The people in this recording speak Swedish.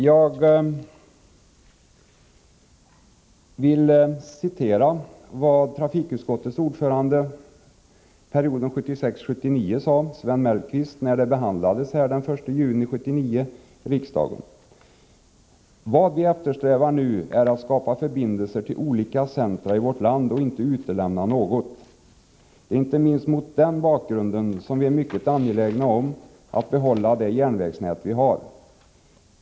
Jag vill citera vad trafikutskottets ordförande under perioden 1976-1979, Sven Mellqvist, sade när frågan behandlades i riksdagen den 1 juni 1979: ”Vad vi eftersträvar nu är väl att skapa förbindelser till olika centra i vårt land och att inte utelämna något. Det är inte minst mot den bakgrunden som vi är mycket angelägna om att behålla det järnvägsnät vi har.